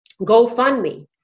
GoFundMe